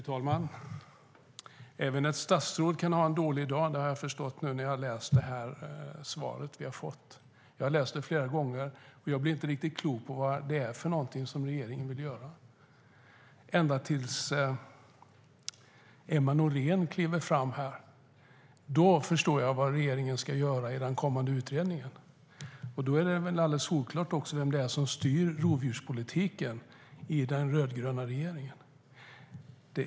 Fru talman! Även ett statsråd kan ha en dålig dag. Det har jag förstått efter att ha läst svaret vi fick. Jag läste det flera gånger, men jag blev inte riktigt klok på vad det är regeringen vill göra. Först när Emma Nohrén klev fram förstod jag vad regeringen vill göra i den kommande utredningen. Då blev det också solklart vem det är som styr rovdjurspolitiken i den rödgröna regeringen.